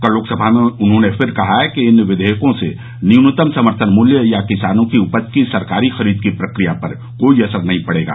कल लोकसभा में उन्होंने फिर कहा कि इन विधेयकों से न्यूनतम समर्थन मूल्य या किसानों की उपज की सरकारी खरीद की प्रक्रिया पर कोई असर नहीं पडेगा